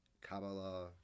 Kabbalah